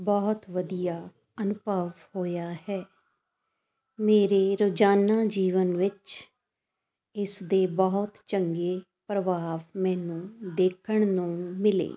ਬਹੁਤ ਵਧੀਆ ਅਨੁਭਵ ਹੋਇਆ ਹੈ ਮੇਰੇ ਰੋਜ਼ਾਨਾ ਜੀਵਨ ਵਿੱਚ ਇਸ ਦੇ ਬਹੁਤ ਚੰਗੇ ਪ੍ਰਭਾਵ ਮੈਨੂੰ ਦੇਖਣ ਨੂੰ ਮਿਲੇ